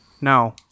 No